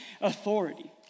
authority